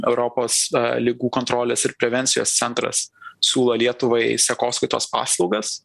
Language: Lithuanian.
europos ligų kontrolės ir prevencijos centras siūlo lietuvai sekoskaitos paslaugas